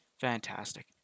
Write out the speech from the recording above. fantastic